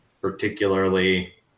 particularly